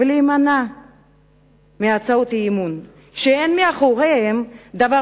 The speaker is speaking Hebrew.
ולהימנע מהצעות אי-אמון שאין מאחוריהן דבר